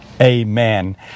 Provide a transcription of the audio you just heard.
Amen